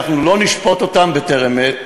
אנחנו לא נשפוט אותם בטרם עת,